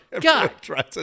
God